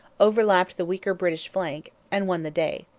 overlapped the weaker british flank, and won the day.